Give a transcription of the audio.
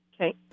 Okay